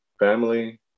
Family